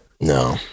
no